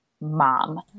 mom